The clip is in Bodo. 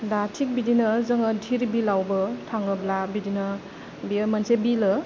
दा थिग बिदिनो जोङो धिर बिलावबो थाङोब्ला बिदिनो बेयो मोनसे बिलो